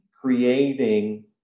creating